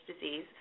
disease